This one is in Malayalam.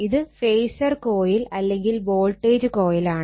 ഇത് ഫേസർ കോയിൽ അല്ലെങ്കിൽ വോൾട്ടേജ് കൊയിലിലാണ്